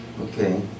Okay